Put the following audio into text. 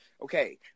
Okay